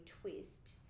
twist